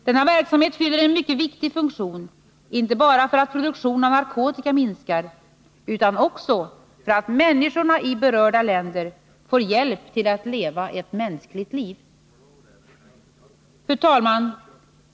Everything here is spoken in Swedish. Denna verksamhet fyller en mycket viktig funktion, inte bara därför att produktionen av narkotika minskar utan också därför att människorna i berörda länder får hjälp till att leva ett mänskligt liv. Fru talman!